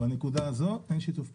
בנקודה הזאת אין שיתוף פעולה.